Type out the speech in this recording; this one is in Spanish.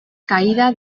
caída